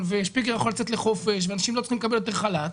ושפיגלר יכול לצאת לחופש ואנשים לא צריכים לקבל יותר חל"ת,